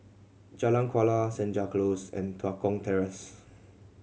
Jalan Kuala Senja Close and Tua Kong Terrace